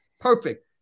Perfect